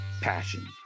passion